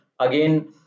again